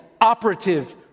operative